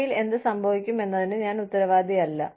ഭാവിയിൽ എന്ത് സംഭവിക്കും എന്നതിന് ഞാൻ ഉത്തരവാദിയല്ല